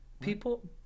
People